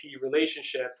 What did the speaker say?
relationship